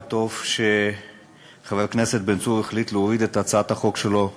וטוב שחבר הכנסת בן צור החליט להוריד את הצעת החוק שלו מסדר-היום,